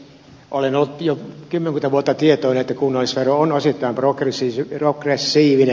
olen ollut jo kymmenkunta vuotta tietoinen että kunnallisvero on osittain progressiivinen